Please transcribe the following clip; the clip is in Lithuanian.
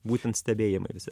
būtent stebėjimai visi